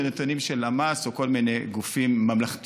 אלה נתונים של הלמ"ס או כל מיני גופים ממלכתיים,